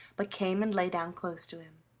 but came and lay down close to him.